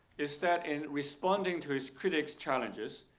is that in responding to his critics challenges,